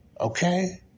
Okay